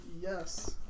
yes